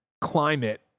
climate